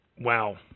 Wow